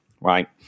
Right